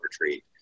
retreat